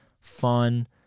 fun